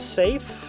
safe